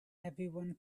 everyone